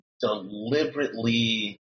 deliberately